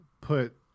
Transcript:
put